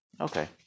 Okay